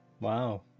Wow